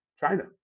China